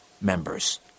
members